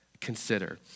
consider